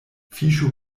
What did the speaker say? fiŝo